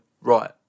right